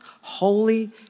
holy